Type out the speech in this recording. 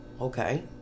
Okay